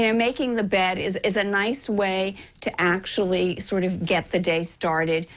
yeah making the bed is is a nice way to actually sort of get the day started.